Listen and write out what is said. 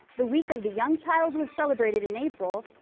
the week of the young child was celebrated in april,